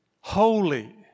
Holy